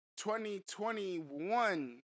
2021